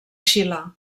xile